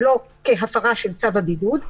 ולא כהפרה של צו הבידוד,